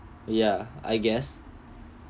ya I guess